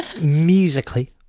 musically